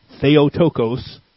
Theotokos